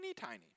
tiny